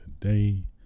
today